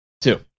two